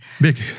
Big